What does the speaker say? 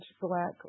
black